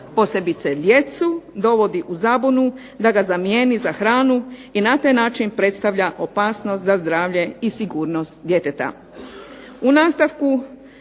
posebice djecu dovodi u zabunu da ga zamijeni za hranu i na taj način predstavlja opasnost za zdravlje i sigurnost djeteta.